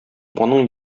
аның